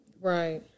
Right